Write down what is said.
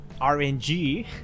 RNG